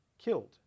Killed